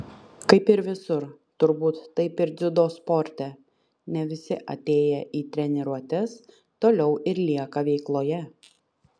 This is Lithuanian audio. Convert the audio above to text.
kaip ir visur turbūt taip ir dziudo sporte ne visi atėję į treniruotes toliau ir lieka veikloje